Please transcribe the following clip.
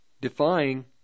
defying